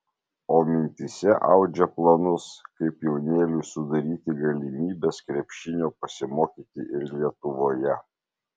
o mintyse audžia planus kaip jaunėliui sudaryti galimybes krepšinio pasimokyti ir lietuvoje